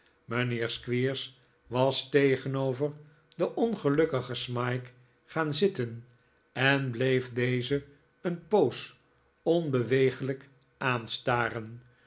mijnheer squeers was tegenover den ongelukkigen smike gaan zitten en bleef dezen een poos onbeweeglijk aanstaren